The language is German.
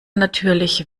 natürlich